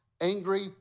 angry